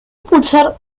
impulsar